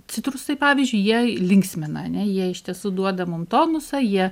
citrusai pavyzdžiui jie linksmina ane jie iš tiesų duoda mum tonusą jie